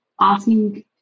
asking